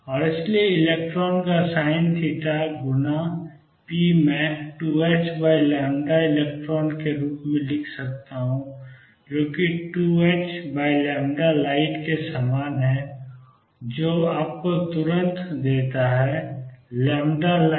और इसलिए इलेक्ट्रान का sinθ गुना p मैं 2helectron के रूप में लिख सकता हूं जो कि 2hlight के समान है और जो आपको तुरंत देता है lightsinθ electron